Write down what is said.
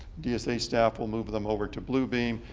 dsa staff will move them over to bluebeam.